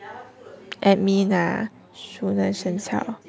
admin ah 熟能生巧